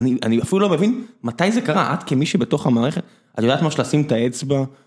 אני אפילו לא מבין, מתי זה קרה, את כמישהי בתוך המערכת, אני יודעת ממש לשים את האצבע.